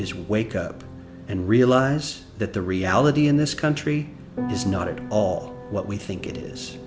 is wake up and realize that the reality in this country is not at all what we think it is